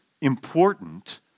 important